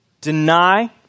Deny